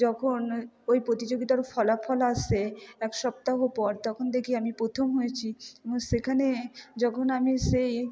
যখন ওই প্রতিযোগিতার ফলাফল আসে এক সপ্তাহ পর তখন দেখি আমি প্রথম হয়েছি এবং সেখানে যখন আমি সেই